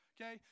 Okay